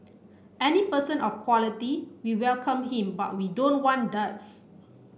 any person of quality we welcome him but we don't want duds